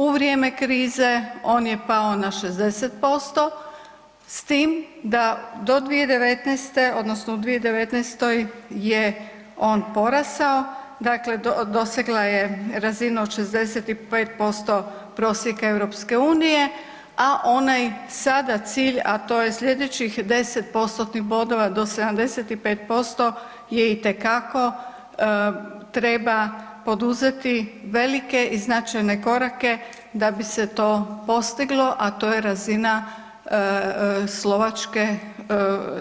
U vrijeme krize on je pao na 60% s tim da do 2019. odnosno u 2019. je on porastao, dakle dosegla je razinu od 65% prosjeka EU, a onaj sada cilj, a to je slijedećih 10%-tnih bodova do 75% je itekako treba poduzeti velike i značajne korake da bi se to postiglo, a to je razina Slovačke